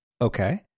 Okay